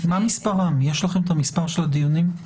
יש לכם מספר הדיונים?